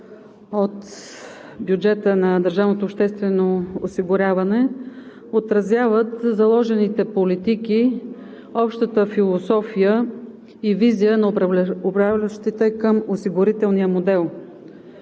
осигуряване отразяват заложените политики, общата философия и визия на управляващите към осигурителния модел,